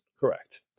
Correct